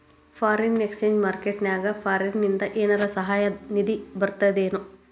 Foreign exchange market ನ್ಯಾಗ ಫಾರಿನಿಂದ ಏನರ ಸಹಾಯ ನಿಧಿ ಬರ್ತದೇನು?